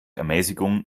ermäßigung